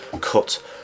cut